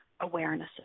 awarenesses